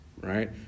Right